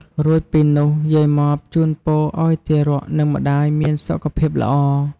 រួចពីនោះ យាយម៉បជូនពរឱ្យទារក និងម្ដាយមានសុខភាពល្អ។